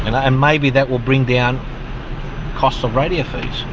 and and maybe that will bring down costs of radio fees,